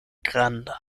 granda